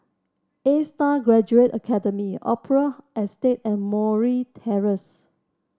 Astar Graduate Academy Opera Estate and Murray Terrace